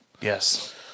Yes